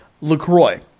LaCroix